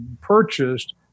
purchased